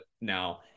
now